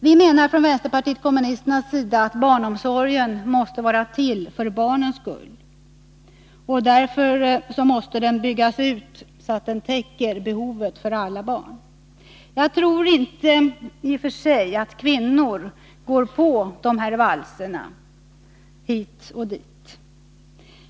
Vi menar från vänsterpartiet kommunisterna att barnomsorgen måste vara till för barnens skull. Därför måste den byggas ut så att den täcker behovet för alla barn. Jag tror inte i och för sig att kvinnor går på de här valserna hit och dit.